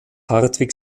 hartwig